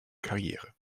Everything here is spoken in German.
karriere